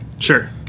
Sure